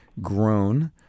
grown